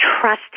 trust